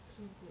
so good